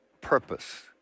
purpose